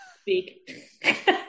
speak